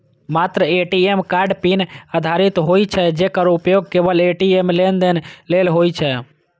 मात्र ATM card PIN आधारित होइ छै, जेकर उपयोग केवल ए.टी.एम लेनदेन लेल होइ छै